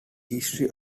history